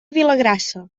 vilagrassa